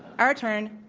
our turn.